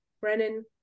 Brennan